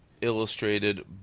illustrated